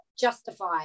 Justify